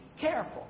careful